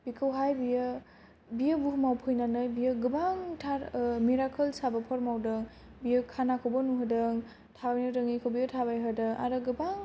बिखौहाय बियो बियो बुहुमाव फैनानै बियो गोबांथार मिरेकल्स हाबाफोर मावदों बियो खानाखौबो नुहोदों थाबायनो रोङिखौबो थाबायहोदों आरो गोबां